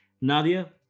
Nadia